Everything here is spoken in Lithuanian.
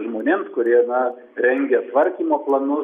žmonėms kurie na rengia tvarkymo planus